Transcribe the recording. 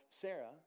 Sarah